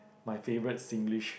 my favourite Singlish